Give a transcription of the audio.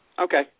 okay